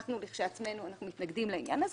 אנחנו בעצמנו מתנגדים לעניין הזה